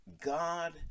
God